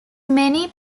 many